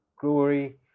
glory